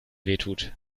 wehtut